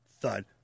thud